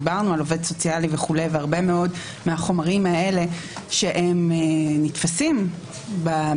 דיברנו על עובד סוציאלי וכו' והרבה מאוד מהחומרים האלה שנתפסים בתיקון